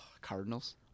Cardinals